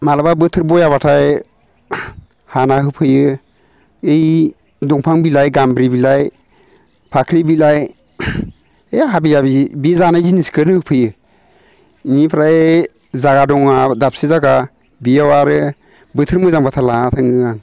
माब्लाबा बोथोर बयाब्लाथाय हाना होफैयो इ दंफां बिलाइ गाम्ब्रि बिलाइ फाख्रि बिलाइ है हाबि जाबि बि जानाय जिनिसखोनो होफैयो इनिफ्राय जायगा दङ आंहा दाबसे जायगा बियाव आरो बोथोर मोजांब्लाथाय लाना थाङो आं